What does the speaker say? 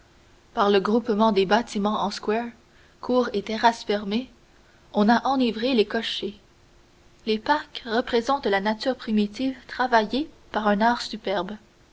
par le groupement des bâtiments en squares cours et terrasses fermées on a enivré les cochers les parcs représentent la nature primitive travaillée par un art superbe